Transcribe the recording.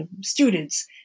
students